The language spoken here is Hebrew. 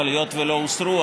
אבל היות שלא הוסרו,